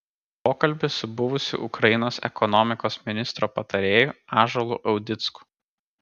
pokalbis su buvusiu ukrainos ekonomikos ministro patarėju ąžuolu audicku